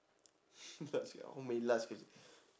how many last question